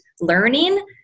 learning